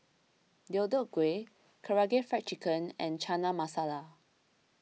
Deodeok Gui Karaage Fried Chicken and Chana Masala